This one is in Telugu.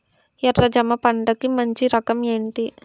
ఎర్ర జమ పంట కి మంచి రకం ఏంటి?